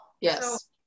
yes